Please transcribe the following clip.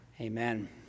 Amen